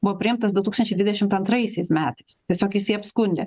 buvo priimtas du tūkstančiai dvidešimt antraisiais metais tiesiog jis jį apskundė